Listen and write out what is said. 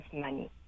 money